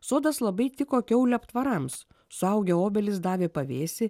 sodas labai tiko kiaulių aptvarams suaugę obelys davė pavėsį